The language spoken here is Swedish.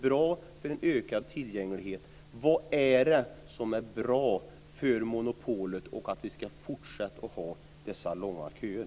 Vad är det som är bra med monopolet och med att vi ska fortsätta att ha dessa långa köer?